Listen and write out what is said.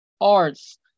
arts